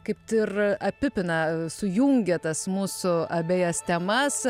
kaip ir apipina sujungia tas mūsų abejas temas